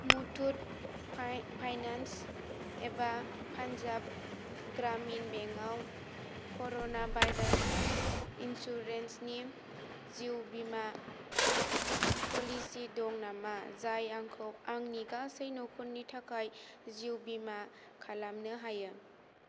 Muthoot finance एबा Punjab Gramin bank आव corona virus इन्सुरेन्सनि जिउ बीमा प'लिसि दं नामा जाय आंखौ आंनि गासै न'खरनि थाखाय जिउ बीमा खालामनो होयो